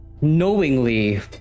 knowingly